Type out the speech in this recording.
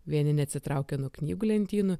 vieni neatsitraukia nuo knygų lentynų